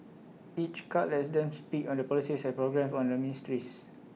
each cut lets them speak on the policies and programmes of the ministries